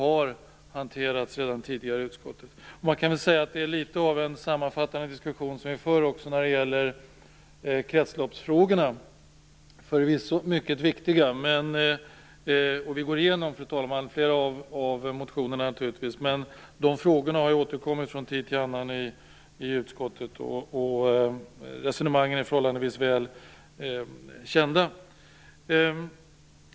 Arbetet har också tidigare hanterats i utskottet. Vi för litet av en sammanfattande diskussion vad gäller kretsloppsfrågorna. De är förvisso viktiga frågor. Vi har naturligtvis, fru talman, gått igenom flera av motionerna. Dessa frågor har återkommit från tid till annan i utskottet. Resonemangen är förhållandevis väl kända.